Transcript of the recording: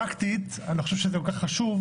פרקטית אני לא חושב שזה כל כך חשוב,